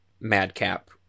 madcap